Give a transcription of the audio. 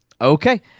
Okay